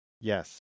yes